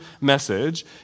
message